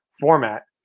format